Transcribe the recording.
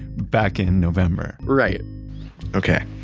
back in november right okay,